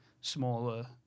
smaller